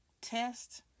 test